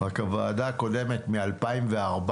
רק הוועדה הקודמת מ-2014,